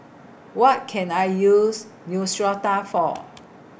What Can I use Neostrata For